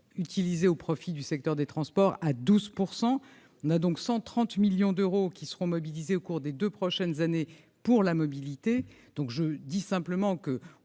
utilisés au profit du secteur des transports à 12 %. Ainsi, 130 millions d'euros seront consacrés, au cours des deux prochaines années, à la mobilité. Je dis simplement que